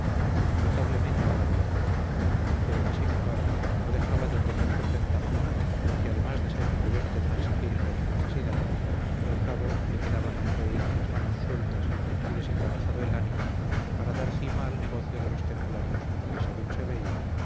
mengua la de la corona pero que sin embargo no dejaba de tener sus ventajas porque además de ser prudente transigir con la necesidad al cabo le quedaban al rey las manos sueltas y desembarazado el ánimo para dar cima al negocio de los templarios que según se veía